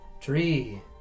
Tree